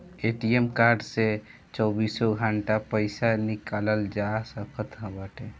ATM card से चौबीसों घंटा पईसा निकालल जा सकत बाटे